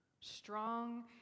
strong